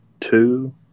two